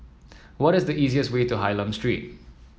what is the easiest way to Hylam Street